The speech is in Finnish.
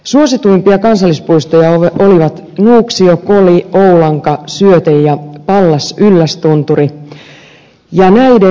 suosituimpia kansallispuistoja olivat nuuksio koli oulanka syöte ja pallas yllästunturi